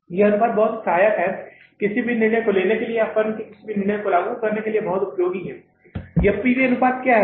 यह अनुपात बहुत ही सहायक है किसी भी निर्णय को लेने के लिए या फर्म में किसी भी निर्णय को लागू करने के लिए बहुत उपयोगी है यह पीवी अनुपात क्या है